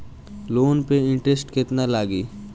Loan पे interest केतना लागी?